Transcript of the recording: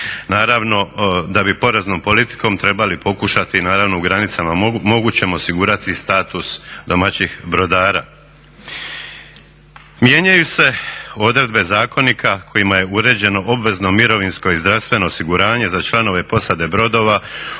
Naravno da bi poreznom politikom trebali pokušati naravno u granicama mogućeg osigurati status domaćih brodara. Mijenjaju se odredbe zakonika kojima je uređeno obvezno mirovinsko i zdravstveno osiguranje za članove posade brodova